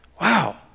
Wow